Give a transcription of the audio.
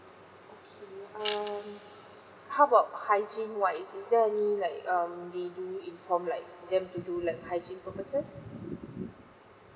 okay um how about hygiene wise is there any like um they do inform like them to do like hygiene purposes